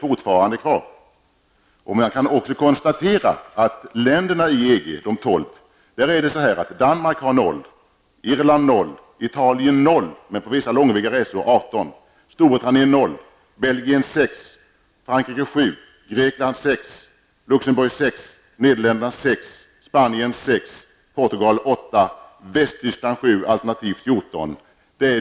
Det är skillnad mellan de två. Det förslaget ligger fortfarande kvar. Västtyskland 7 alternativt 14.